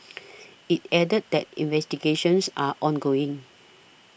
it added that investigations are ongoing